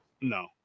No